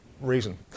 reason